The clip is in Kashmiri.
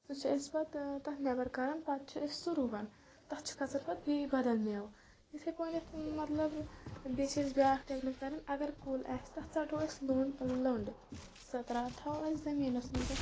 سُہ چھِ أسۍ پَتہٕ تَتھ نیبر کَران پَتہٕ چھ أسۍ سُہ رُوان تَتھ چھُ کھسان پَتہٕ بیٚیہِ بدل میوٕ یِتھٕے پٲٹھۍ مطلب بیٚیہِ چھِ أسۍ بیاکھ ٹیکنِک کران اَگر کُل آسہِ تَتھ ژَٹو أسۍ لٔنٛڈ سۄ ترا تھاوو أسۍ زٔمیٖنَس منٛز